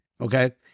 okay